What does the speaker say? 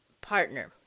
partner